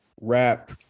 rap